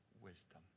wisdom